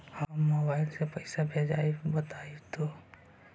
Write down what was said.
हम मोबाईल से पईसा भेजबई बताहु तो?